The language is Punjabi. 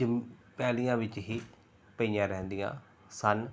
ਜਮ ਪੈਲੀਆਂ ਵਿੱਚ ਹੀ ਪਈਆਂ ਰਹਿੰਦੀਆਂ ਸਨ